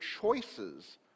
choices